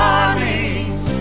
armies